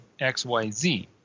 XYZ